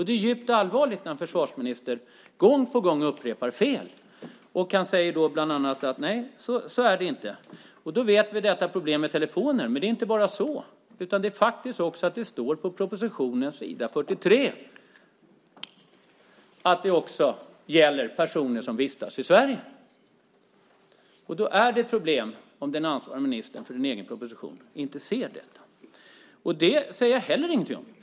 Det är djupt allvarligt när en försvarsminister gång på gång upprepar felaktigheter och bland annat säger att det inte är så. Vi vet om problemet med telefoner, men det är inte bara så. Det står faktiskt i propositionen på s. 43 att det också gäller personer som vistas i Sverige. Och det är ett problem om den minister som är ansvarig för propositionen inte ser detta. Att det också gäller personer i Sverige säger jag heller inget om.